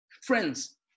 Friends